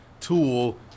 tool